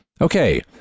Okay